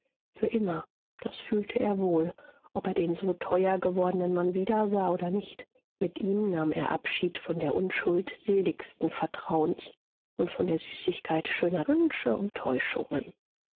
für immer das fühlte er wohl ob er den so teuer gewordenen mann wiedersah oder nicht mit ihm nahm er abschied von der unschuld seligsten vertrauens und von der süßigkeit schöner wünsche und täuschungen